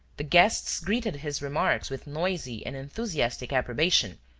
the guests greeted his remarks with noisy and enthusiastic approbation.